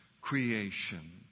creation